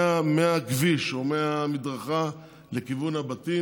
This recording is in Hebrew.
מהכביש או מהמדרכה לכיוון הבתים.